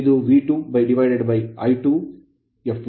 ಇದು V2I2fl ಆಗಿರುತ್ತದೆ